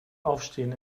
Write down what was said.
aufstehen